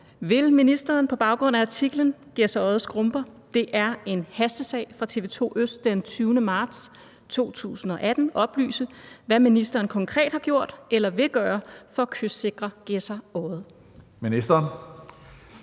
Vil ministeren på baggrund af artiklen »Gedser Odde skrumper: - Det er en hastesag« fra TV2 ØST den 20. marts 2018 oplyse, hvad ministeren konkret har gjort eller vil gøre for at kystsikre Gedser Odde?